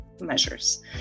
measures